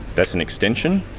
that's an extension.